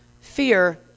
fear